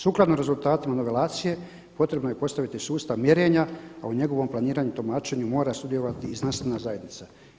Sukladno rezultatima novelacije potrebno je postaviti sustav mjerenja, a u njegovom planiranju i tumačenju mora sudjelovati i znanstvena zajednica.